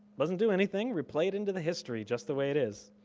doesn't do anything, we play it into the history just the way it is.